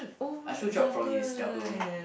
Ashrew from his double